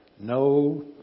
no